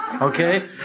Okay